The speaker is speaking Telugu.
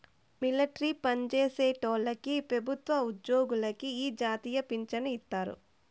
మిలట్రీ పన్జేసేటోల్లకి పెబుత్వ ఉజ్జోగులకి ఈ జాతీయ పించను ఇత్తారు